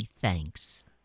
thanks